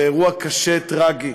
זה אירוע קשה, טרגי,